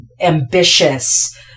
ambitious